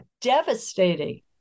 devastating